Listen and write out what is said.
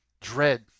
dread